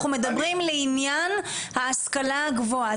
אנחנו מדברים לעניין ההשכלה הגבוהה.